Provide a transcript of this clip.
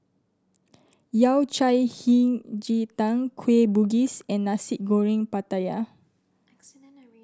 Yao Cai Hei Ji Tang Kueh Bugis and Nasi Goreng Pattaya